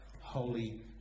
holy